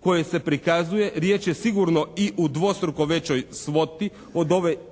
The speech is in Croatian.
koje se prikazuje. Riječ je sigurno i o dvostruko većoj svoti od ove iskazane